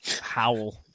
howl